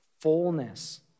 fullness